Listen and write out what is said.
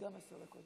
יש לך עשר דקות,